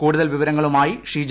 കൂടുതൽ വിവരങ്ങളുമായി ഷീജ